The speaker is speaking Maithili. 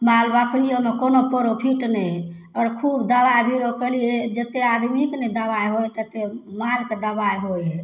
माल बकरीयो मे कोनो प्रॉफिट नहि हइ आओर खूब दबा बीरो केलियै जेत्ते आदमीके नहि दबाइ होइ हइ तेत्ते मालके दबाइ होइ हइ